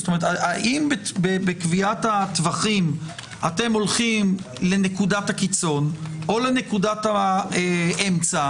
האם בקביעת הטווחים אתם הולכים לנקודת הקיצון או לנקודת האמצע